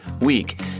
week